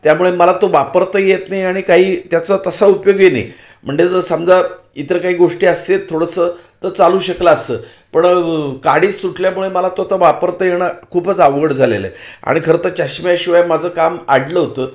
त्यामुळे मला तो वापरता येत नाही आणि काही त्याचा तसा उपयोगही नाही म्हणजे ज समजा इतर काही गोष्टी असते थोडंसं तर चालू शकलं असतं पण काडीच तुटल्यामुळे मला तो आता वापरता येणं खूपच आवघड झालेलं आहे आणि खरंतर चष्म्याशिवाय माझं काम अडलं होतं